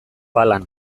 palan